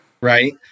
Right